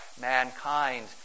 mankind